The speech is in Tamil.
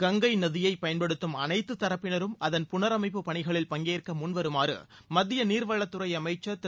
கங்கை நதியை பயன்படுத்தும் அனைத்து தரப்பினரும் அதன் புனரமைப்பு பணிகளில் பங்கேற்க முன்வருமாறு மத்திய நீர்வளத்துறை அமைச்சர் திரு